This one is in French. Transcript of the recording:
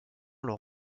l’ont